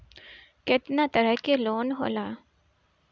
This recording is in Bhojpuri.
केतना तरह के लोन होला?